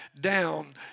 down